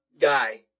guy